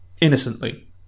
innocently